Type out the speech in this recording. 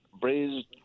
braised